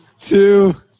two